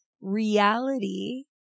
reality